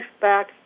back